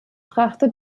brachte